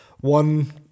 One